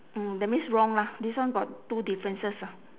mm that means wrong lah this one got two differences ah